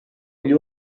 gli